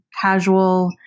casual